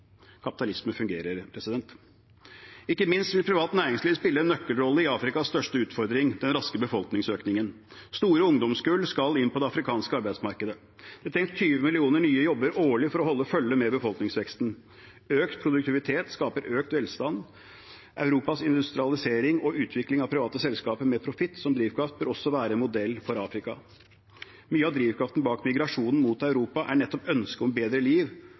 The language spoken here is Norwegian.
Kapitalisme fungerer. Ikke minst vil privat næringsliv spille en nøkkelrolle i Afrikas største utfordring, den raske befolkningsøkningen. Store ungdomskull skal inn på det afrikanske arbeidsmarkedet. Det trengs 20 millioner nye jobber årlig for å holde følge med befolkningsveksten. Økt produktivitet skaper økt velstand. Europas industrialisering og utvikling av private selskaper med profitt som drivkraft bør også være en modell for Afrika. Mye av drivkraften bak migrasjonen mot Europa er nettopp ønsket om et bedre liv